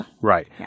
right